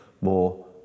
more